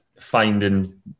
finding